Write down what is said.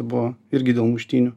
buvo irgi dėl muštynių